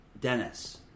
Dennis